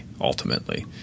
ultimately